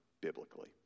biblically